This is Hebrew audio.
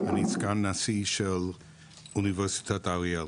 אני סגן נשיא של אוניברסיטת אריאל.